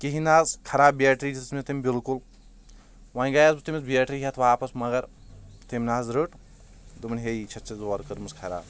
کہِنۍ نہ حظ خراب پیٹری دِژ مےٚ تٔمۍ بالکُل وۄنۍ گیاوُس بہٕ تٔمِس بیٹری ہٮ۪تھ واپس مگر تٔمۍ نہ حظ رٔٹ دوٚپُن ہے یہِ چھتھ ژےٚ زورٕ کٔرمٕژ خراب